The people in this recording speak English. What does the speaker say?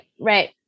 Right